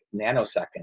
nanoseconds